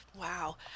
Wow